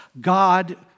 God